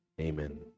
Amen